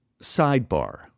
Sidebar